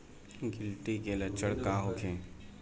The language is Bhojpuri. गिलटी के लक्षण का होखे?